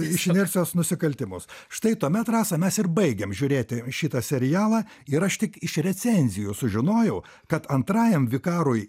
iš inercijos nusikaltimus štai tuomet rasa mes ir baigėm žiūrėti šitą serialą ir aš tik iš recenzijų sužinojau kad antrajam vikarui